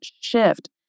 shift